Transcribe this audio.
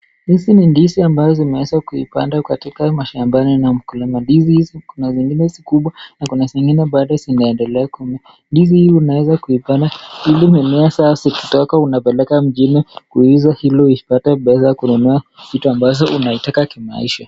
Hizi ni ndizi ambazo zimeweza kuipanda katika mashambani na mkulima ndizi kuna zingine zikubwa na kuna zingine bado zinaendelea kumea. Ndizi hii unaweza kuipanda ili imee sasa kutoka unapeleka mjini kuuza hilo upata pesa kununua vitu ambazo unaitaka kimaisha.